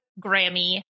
Grammy